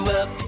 up